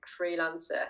freelancer